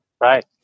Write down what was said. Right